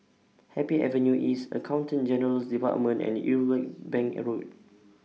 Happy Avenue East Accountant General's department and Irwell Bank Road